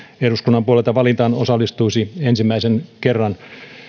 eduskunnan puolelta valintaan osallistuisi ensimmäisen kerran